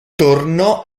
tornò